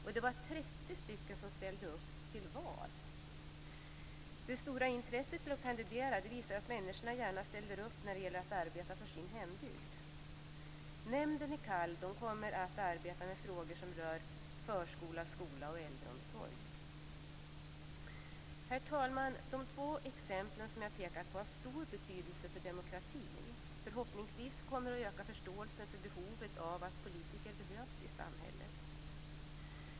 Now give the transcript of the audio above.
30 personer ställde upp till val. Det stora intresset att kandidera visar att människor gärna ställer upp när det gäller att arbeta för sin hembygd. Nämnden i Kall kommer att arbeta med frågor som rör förskola, skola och äldreomsorg. Herr talman! De två exempel som jag pekat på har stor betydelse för demokratin. Förhoppningsvis kommer det att öka förståelsen för behovet av politiker i samhället.